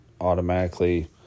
automatically